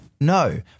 No